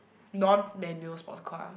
non manual sports car